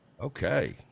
okay